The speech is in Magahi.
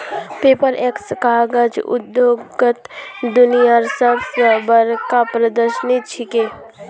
पेपरएक्स कागज उद्योगत दुनियार सब स बढ़का प्रदर्शनी छिके